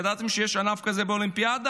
ידעתם שיש ענף כזה באולימפיאדה?